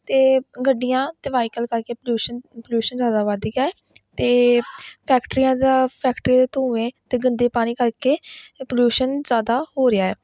ਅਤੇ ਗੱਡੀਆਂ ਅਤੇ ਵਾਹੀਕਲ ਕਰਕੇ ਪਲਿਊਸ਼ਨ ਪਲਿਊਸ਼ਨ ਜ਼ਿਆਦਾ ਵੱਧ ਗਿਆ ਅਤੇ ਫੈਕਟਰੀਆਂ ਦਾ ਫੈਕਟਰੀਆਂ ਦੇ ਧੂੰਏ ਅਤੇ ਗੰਦੇ ਪਾਣੀ ਕਰਕੇ ਪੋਲਿਊਸ਼ਨ ਜ਼ਿਆਦਾ ਹੋ ਰਿਹਾ